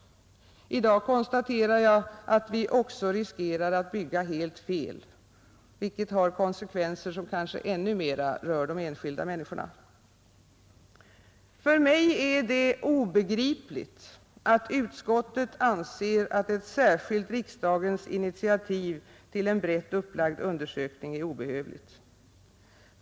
I dag konstaterar jag att vi också riskerar att bygga helt fel, vilket har konsekvenser som kanske ännu mer rör de enskilda människorna. För mig är det obegripligt att utskottet anser att ett särskilt riksdagens initiativ till en brett upplagd undersökning är obehövligt.